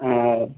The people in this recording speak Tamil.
ஆ ஆ